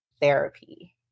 therapy